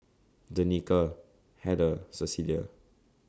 Danika Heather Cecilia